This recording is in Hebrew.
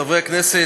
חברי הכנסת,